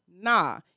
nah